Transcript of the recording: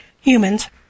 humans